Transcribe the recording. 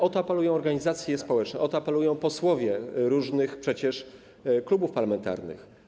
O to apelują organizacje społeczne, o to apelują posłowie przecież różnych klubów parlamentarnych.